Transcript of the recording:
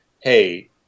hey—